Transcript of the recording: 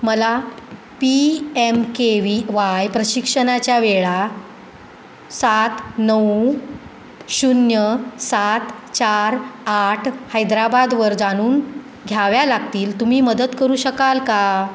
मला P M K V Y प्रशिक्षणाच्या वेळा सात नऊ शून्य सात चार आठ हैदराबादवर जाणून घ्याव्या लागतील तुम्ही मदत करू शकाल का